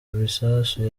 bisasu